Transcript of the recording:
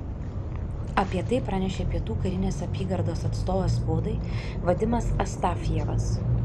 apie tai pranešė pietų karinės apygardos atstovas spaudai vadimas astafjevas